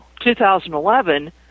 2011